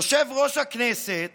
יושב-ראש הכנסת